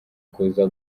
kuza